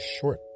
short